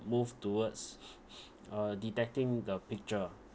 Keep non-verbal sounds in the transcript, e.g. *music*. move towards *noise* uh detecting the picture